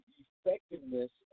effectiveness